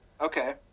Okay